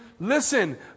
Listen